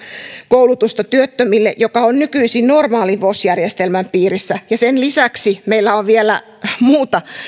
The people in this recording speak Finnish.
koulutusta joka on nykyisin normaalin vos järjestelmän piirissä ja sen lisäksi meillä on vielä muuta